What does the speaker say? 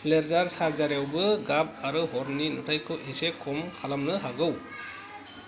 laser सार्जारिआबो गाब आरो हरनि नुथाइखौ एसे खम खालामनो हागौ